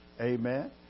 Amen